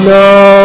no